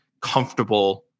comfortable